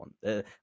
one